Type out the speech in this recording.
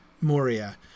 Moria